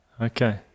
Okay